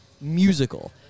musical